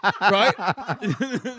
right